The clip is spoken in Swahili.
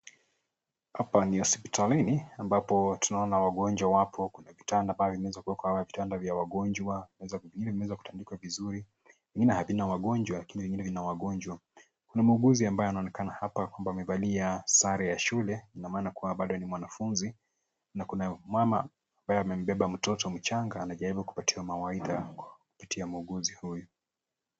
Apa ni hosipitalini ambapo tunaona wagonjwa wapo, kuna vitanda pale vimeweza kuwekwa wa vitanda vya wagonjwa, hivi zimeweza kutandikwa vizuri, vingine havina wagonjwa lakini wengine vina wagonjwa. Kuna muuguzi ambaye anaonekana hapa kwamba amevalia sare ya shule, ina maana kuwa bado ni mwanafunzi, na kuna mama ambaye amembeba mtoto mchanga anajaribu kupatika mawaidha kupitia muuguzi huyu.